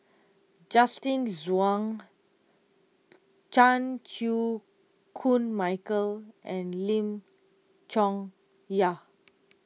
Justin Zhuang Chan Chew Koon Michael and Lim Chong Yah